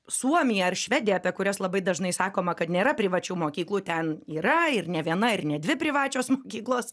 suomija ar švedija apie kurias labai dažnai sakoma kad nėra privačių mokyklų ten yra ir ne viena ir ne dvi privačios mokyklos